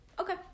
Okay